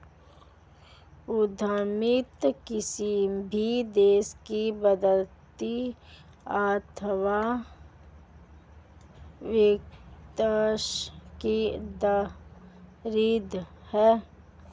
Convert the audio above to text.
उद्यमिता किसी भी देश की बढ़ती अर्थव्यवस्था की रीढ़ है